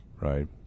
right